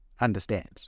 understands